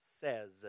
says